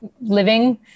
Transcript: living